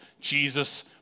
Jesus